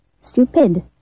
Stupid